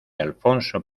alfonso